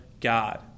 God